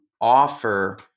offer